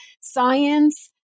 science